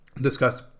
discuss